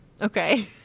Okay